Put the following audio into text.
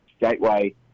gateway